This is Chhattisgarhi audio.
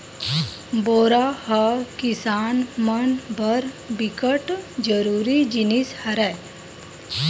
बोरा ह किसान मन बर बिकट जरूरी जिनिस हरय